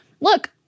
look